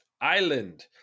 Island